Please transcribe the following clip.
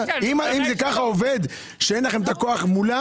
אם זה כך עובד שאין לכם את הכוח מולם